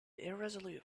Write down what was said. irresolute